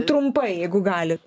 trumpai jeigu galit